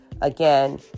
Again